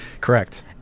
Correct